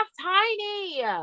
tiny